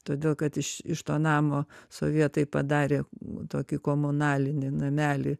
todėl kad iš iš to namo sovietai padarė tokį komunalinį namelį